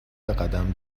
بقدم